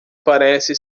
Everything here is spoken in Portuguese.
parece